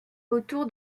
autour